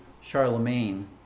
Charlemagne